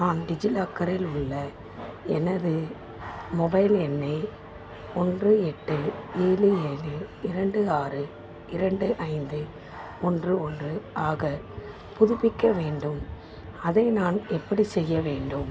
நான் டிஜிலாக்கரில் உள்ள எனது மொபைல் எண்ணை ஒன்று எட்டு ஏழு ஏழு இரண்டு ஆறு இரண்டு ஐந்து ஒன்று ஒன்று ஆக புதுப்பிக்க வேண்டும் அதை நான் எப்படிச் செய்ய வேண்டும்